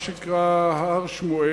מה שנקרא הר-שמואל,